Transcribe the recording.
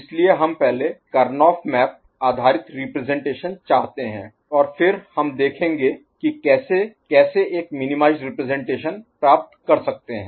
इसलिए हम पहले करनौह मैप आधारित रिप्रजेंटेशन चाहते हैं और फिर हम देखेंगे कि कैसे कैसे एक मिनीमाइजड रिप्रजेंटेशन प्राप्त कर सकते हैं